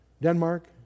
Denmark